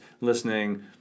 listening